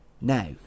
Now